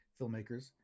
filmmakers